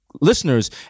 listeners